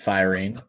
Firing